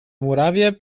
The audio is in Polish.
murawie